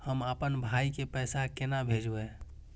हम आपन भाई के पैसा केना भेजबे?